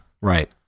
right